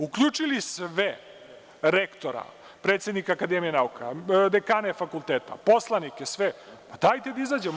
Uključite sve, rektora, predsednika Akademije nauka, dekane fakulteta, poslanike sve, pa dajte da izađemo.